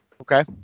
Okay